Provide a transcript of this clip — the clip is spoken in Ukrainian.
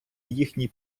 їхній